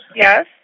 Yes